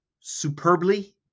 superbly